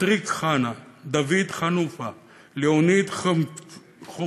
פטריק חנא, דוד חנא, דוד חנופה,